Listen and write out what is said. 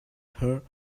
her